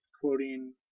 Quoting